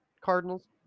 Cardinals